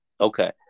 Okay